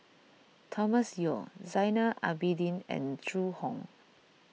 Thomas Yeo Zainal Abidin and Zhu Hong